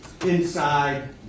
inside